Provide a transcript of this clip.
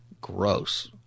gross